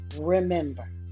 remember